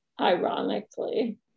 ironically